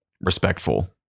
respectful